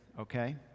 okay